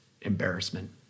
embarrassment